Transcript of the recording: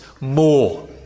More